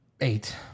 Eight